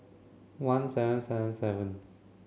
one seven seven seven